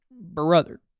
brother